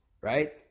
right